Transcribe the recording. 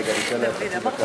רגע, ניתן להם חצי דקה.